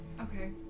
Okay